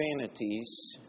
vanities